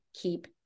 keep